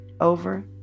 over